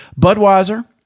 Budweiser